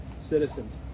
citizens